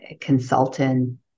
consultant